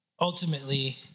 ultimately